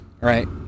Right